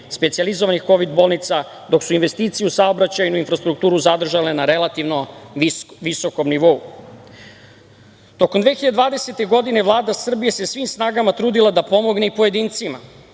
specijalizovanih kovid bolnica, dok su investicije u saobraćajnu infrastrukturu zadržane na relativno visokom nivou. Tokom 2020. godine Vlada Srbije se svim snagama trudila da pomogne i pojedincima,